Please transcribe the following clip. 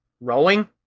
Rowing